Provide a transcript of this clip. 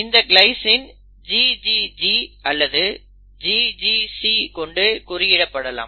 இந்த glycine GGG அல்லது GGC கொண்டு குறியிடப்படலாம்